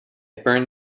burned